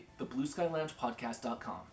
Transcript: theblueskyloungepodcast.com